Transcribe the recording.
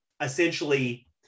essentially